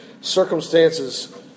Circumstances